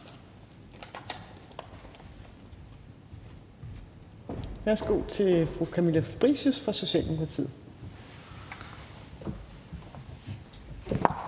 Værsgo til fru Camilla Fabricius fra Socialdemokratiet.